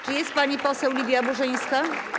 Czy jest pani poseł Lidia Burzyńska?